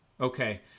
Okay